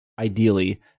ideally